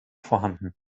vorhanden